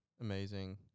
amazing